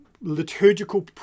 Liturgical